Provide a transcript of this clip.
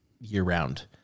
year-round